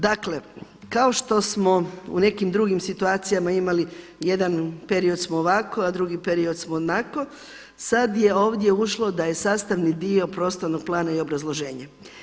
Dakle kao što smo u nekim drugim situacijama imali jedan period smo ovako, a drugi period smo onako, sada je ovdje ušlo da je sastavni dio prostornog plana i obrazloženje.